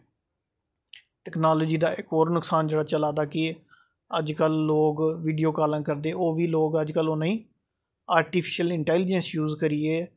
technology दा इक होर नुक्सान जेह्ड़ा चला दा कि अज्ज कल लोग वीडियो काॅलां करदे ओह्बी लोग अज्ज कल उ'नें गी आर्टिफिशियल इंटेलीजेंस यूज करियै